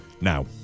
Now